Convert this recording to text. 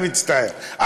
אני מצטער,